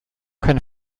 keine